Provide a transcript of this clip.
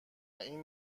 این